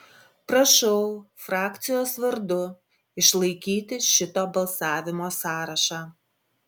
prašau frakcijos vardu išlaikyti šito balsavimo sąrašą